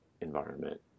environment